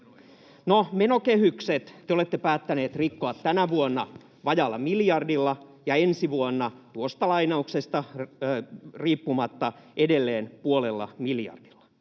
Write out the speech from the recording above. No, menokehykset te olette päättänyt rikkoa tänä vuonna vajaalla miljardilla ja ensi vuonna — tuosta lainauksesta riippumatta — edelleen puolella miljardilla.